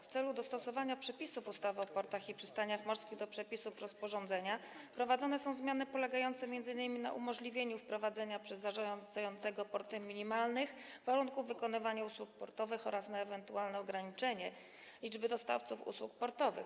W celu dostosowania przepisów ustawy o portach i przystaniach morskich do przepisów rozporządzenia wprowadzane są zmiany polegające m.in. na umożliwieniu wprowadzenia przez zarządzającego portem minimalnych warunków wykonywania usług portowych oraz na ewentualnym ograniczeniu liczby dostawców usług portowych.